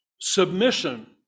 submission